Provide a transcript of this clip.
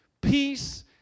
peace